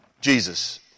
Jesus